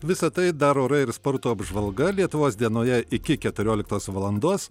visa tai dar orai ir sporto apžvalga lietuvos dienoje iki keturioliktos valandos